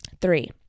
Three